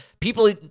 people